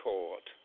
Court